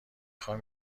خوام